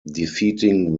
defeating